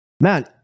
man